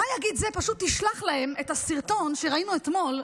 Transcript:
פשוט תשלח להם את הסרטון שראינו אתמול,